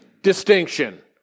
distinction